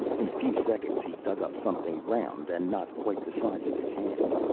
in a few seconds he dug up something round and not quite the size of his hand.